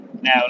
now